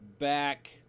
back